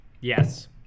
Yes